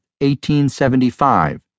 1875